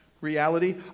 reality